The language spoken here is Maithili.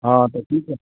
हँ तऽ की